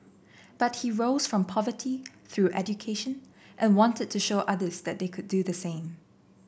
but he rose from poverty through education and wanted to show others that they could do the same